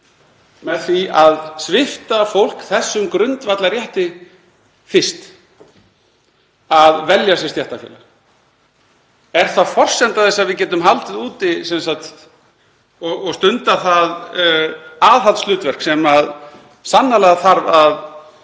með því að svipta fólk fyrst þessum grundvallarrétti að velja sér stéttarfélag? Er það forsenda þess að við getum haldið úti og stundað það aðhaldshlutverk sem sannarlega þarf að